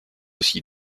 aussi